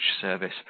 service